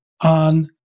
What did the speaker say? on